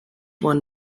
won